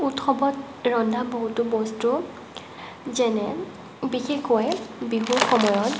উৎসৱত ৰন্ধা বহুতো বস্তু যেনে বিশেষকৈ বিহুৰ সময়ত